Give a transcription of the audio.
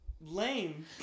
Lame